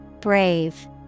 Brave